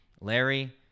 Larry